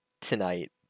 tonight